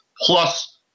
plus